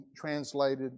translated